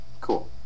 Cool